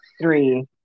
three